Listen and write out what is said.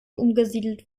umgesiedelt